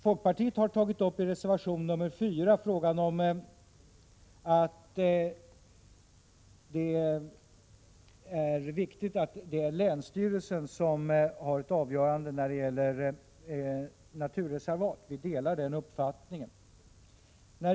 Folkpartiet har i reservation 4 sagt att det är viktigt att länsstyrelsen har avgörandet när det gäller naturreservat. Vi delar den uppfattningen.